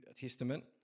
Testament